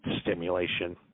stimulation